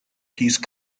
peace